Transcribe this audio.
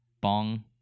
Bong